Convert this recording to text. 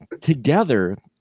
together